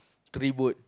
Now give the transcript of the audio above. three boat